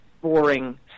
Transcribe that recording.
boring